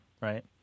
right